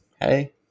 Hey